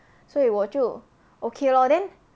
所以我就 okay lor then